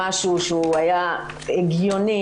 משהו שהוא היה הגיוני,